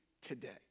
today